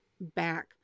back